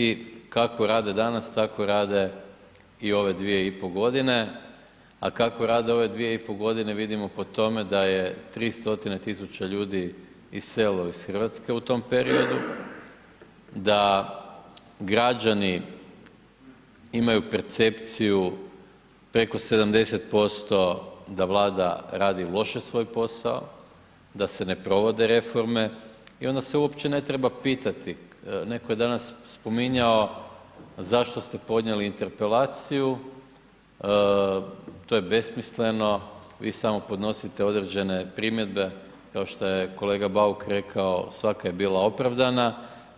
I kako rade danas, tako rade i ove 2,5 g. a kako rade ove 2,5 g. vidimo po tome da je 300 000 ljudi iselilo iz Hrvatske u tom periodu, da građani imaju percepciju preko 70% da Vlada radi loše svoj posao, da se ne provode reforme i onda se uopće ne treba pitati, neko je danas spominjao zašto ste podnijeli interpelaciju, to je besmisleno, vi samo podnosite određene primjedbe kao što je kolega Bauk rekao, svaka je bila opravdana